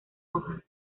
hoja